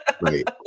Right